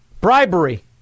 Bribery